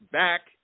back